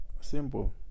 Simple